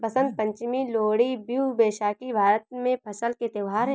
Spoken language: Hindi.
बसंत पंचमी, लोहड़ी, बिहू, बैसाखी भारत में फसल के त्योहार हैं